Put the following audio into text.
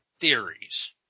theories